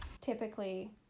typically